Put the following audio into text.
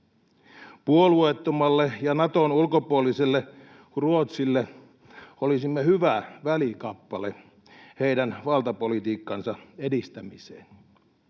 Puolueettomalle ja Naton ulkopuoliselle Ruotsille olisimme hyvä välikappale heidän valtapolitiikkansa edistämiseen.